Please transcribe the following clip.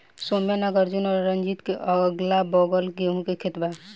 सौम्या नागार्जुन और रंजीत के अगलाबगल गेंहू के खेत बा